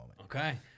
Okay